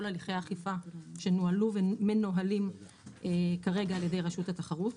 הליכי האכיפה שנוהלו ומנוהלים כרגע על ידי רשות התחרות.